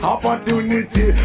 Opportunity